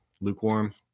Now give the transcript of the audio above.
lukewarm